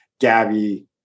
Gabby